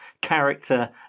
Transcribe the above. character